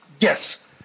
yes